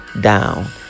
down